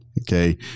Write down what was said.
okay